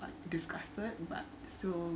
like disgusted but still